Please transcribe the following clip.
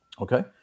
Okay